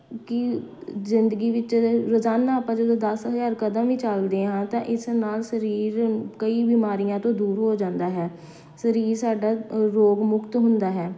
ਕਿ ਜ਼ਿੰਦਗੀ ਵਿੱਚ ਰੋਜ਼ਾਨਾ ਆਪਾਂ ਜਦੋਂ ਦਸ ਹਜ਼ਾਰ ਕਦਮ ਵੀ ਚਲਦੇ ਹਾਂ ਤਾਂ ਇਸ ਨਾਲ ਸਰੀਰ ਕਈ ਬਿਮਾਰੀਆਂ ਤੋਂ ਦੂਰ ਹੋ ਜਾਂਦਾ ਹੈ ਸਰੀਰ ਸਾਡਾ ਅ ਰੋਗ ਮੁਕਤ ਹੁੰਦਾ ਹੈ